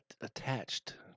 attached